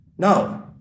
No